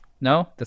no